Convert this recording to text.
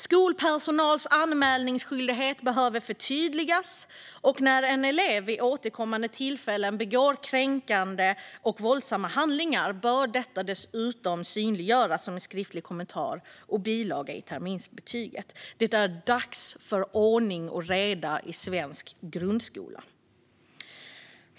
Skolpersonals anmälningsskyldighet behöver förtydligas, och när en elev vid återkommande tillfällen begår kränkande och våldsamma handlingar bör detta synliggöras genom en skriftlig kommentar och bilaga i terminsbetyget. Det är dags för ordning och reda i svensk grundskola.